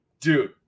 dude